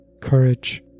courage